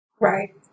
right